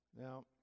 Now